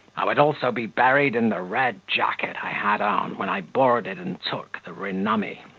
i would also be buried in the red jacket i had on when i boarded and took the renummy.